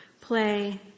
play